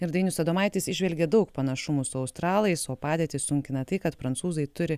ir dainius adomaitis įžvelgė daug panašumų su australais o padėtį sunkina tai kad prancūzai turi